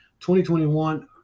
2021